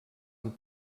amb